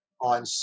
on